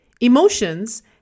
emotions